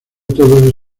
todos